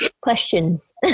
Questions